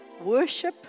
Worship